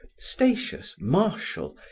statius, martial,